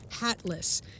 hatless